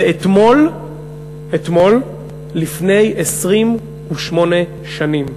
זה אתמול לפני 28 שנים,